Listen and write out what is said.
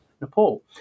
Nepal